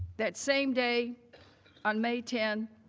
that same day on may ten,